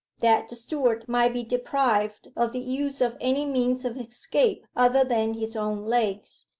that the steward might be deprived of the use of any means of escape other than his own legs,